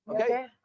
Okay